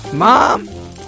mom